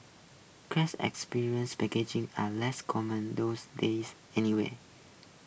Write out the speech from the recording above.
experience packages are less common those days anyway